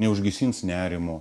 neužgesins nerimo